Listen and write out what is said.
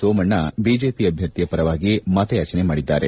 Somanna BJP ಅಭ್ವರ್ಥಿಯ ಪರವಾಗಿ ಮತಯಾಚನೆ ಮಾಡಿದ್ದಾರೆ